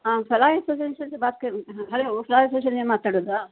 ಹಾಂ ಬಾತ್ ಕರ್ನೆತು ಹಲೋ ಮಾತಾಡೋದ